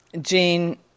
Jean